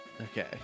Okay